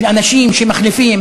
של אנשים שמחליפים,